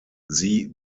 sie